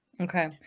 Okay